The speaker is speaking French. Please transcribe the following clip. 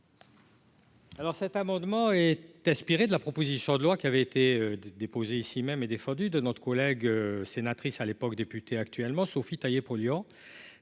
Alors, cet amendement est inspirée de la proposition de loi qui avait été déposée ici-même et défendu de notre collègue sénatrice à l'époque député actuellement, Sophie Taillé-Polian,